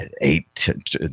Eight